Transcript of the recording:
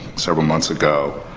several months ago,